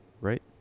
right